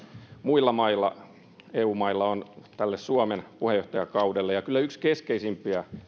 muilla eu mailla on tälle suomen puheenjohtajakaudelle ja kyllä yksi keskeisimpiä